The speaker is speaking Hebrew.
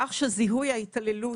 וכך שזיהוי ההתעללות,